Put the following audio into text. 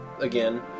again